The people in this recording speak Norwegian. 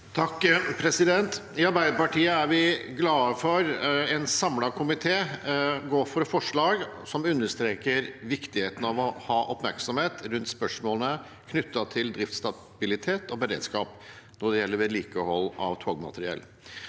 (A) I Arbeiderpartiet er vi glade for at en samlet komité går inn for et forslag som understreker viktigheten av å ha oppmerksomhet rundt spørsmålene knyttet til driftsstabilitet og beredskap når det gjelder vedlikehold av togmateriell.